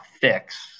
fix